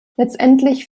letztendlich